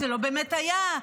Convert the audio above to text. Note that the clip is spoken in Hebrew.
זה לא באמת היה,